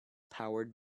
powered